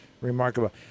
remarkable